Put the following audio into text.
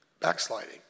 Backsliding